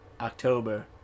October